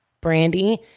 brandy